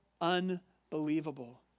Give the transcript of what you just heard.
unbelievable